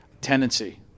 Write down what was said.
tendency